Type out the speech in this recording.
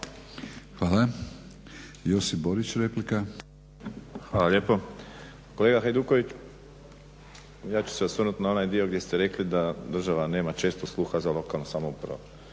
Josip (HDZ)** Hvala lijepo. Kolega Hajduković ja ću se osvrnuti na onaj dio gdje ste rekli da država nema često sluha za lokalnu samoupravu.